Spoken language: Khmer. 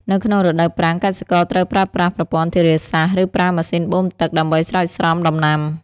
នៅក្នុងរដូវប្រាំង កសិករត្រូវប្រើប្រាស់ប្រព័ន្ធធារាសាស្ត្រ ឬប្រើម៉ាស៊ីនបូមទឹក ដើម្បីស្រោចស្រពដំណាំ។